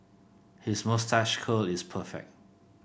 his moustache curl is perfect